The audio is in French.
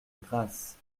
grasse